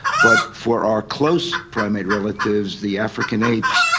but for our close primate relatives, the african apes,